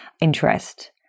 interest